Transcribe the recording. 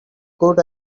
good